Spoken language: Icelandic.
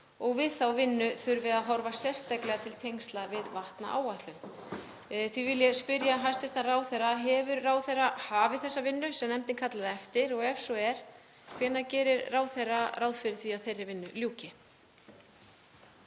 og við þá vinnu þurfi að horfa sérstaklega til tengsla við vatnaáætlun. Því vil ég spyrja hæstv. ráðherra: Hefur ráðherra hafið þessa vinnu sem nefndin kallaði eftir? Og ef svo er, hvenær gerir ráðherra ráð fyrir því að þeirri vinnu ljúki?